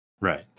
right